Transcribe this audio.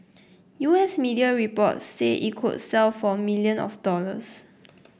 U S media reports say it could sell for million of dollars